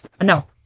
No